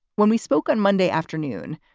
when we spoke on monday afternoon,